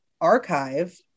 archive